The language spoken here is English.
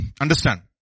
understand